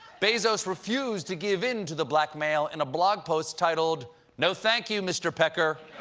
bezos refused to give in to the blackmail in a blog post titled no thank you, mr. pecker.